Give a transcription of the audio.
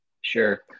sure